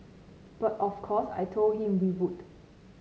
but of course I told him we would